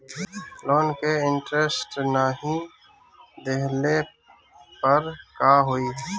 Loan के interest नाही देहले पर का होई?